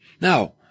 Now